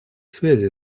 связи